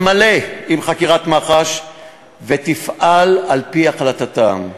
מלא עם חקירת מח"ש ותפעל על-פי החלטתם.